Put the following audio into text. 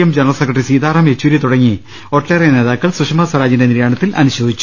M general secretary Sitaram Yechury തുടങ്ങി ഒട്ടേറെ നേതാക്കൾ സുഷമസ്വരാജിന്റെ നിര്യാണത്തിൽ അനുശോചിച്ചു